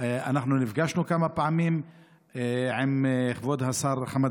אנחנו נפגשנו כמה פעמים עם כבוד השר חמד